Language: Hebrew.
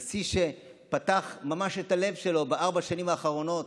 נשיא שפתח ממש את הלב שלו בארבע השנים האחרונות.